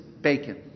bacon